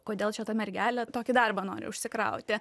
kodėl čia ta mergelė tokį darbą nori užsikrauti